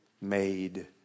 made